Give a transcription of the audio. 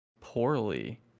poorly